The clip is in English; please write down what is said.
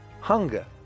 hunger